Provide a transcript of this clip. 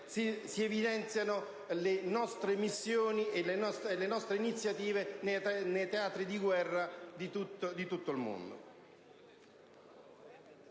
si evidenziano le nostre missioni e le nostre iniziative nei teatri di guerra di tutto il mondo.